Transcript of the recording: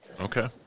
Okay